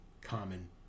common